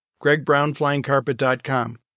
gregbrownflyingcarpet.com